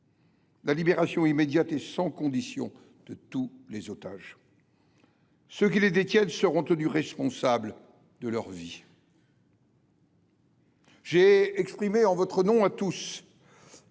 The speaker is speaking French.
la libération immédiate et sans condition de tous les otages. Ceux qui les détiennent seront tenus responsables de leur vie. J’ai exprimé en votre nom à tous